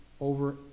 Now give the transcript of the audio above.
over